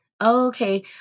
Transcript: okay